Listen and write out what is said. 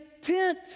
tent